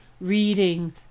reading